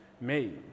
made